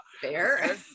Fair